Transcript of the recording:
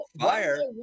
Fire